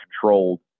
controlled